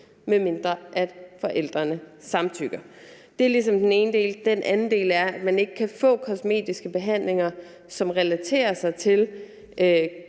medmindre forældrene samtykker. Det er ligesom den ene del. Den anden del er, at man ikke kan få kosmetiske behandlinger, som relaterer sig til